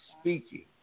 speaking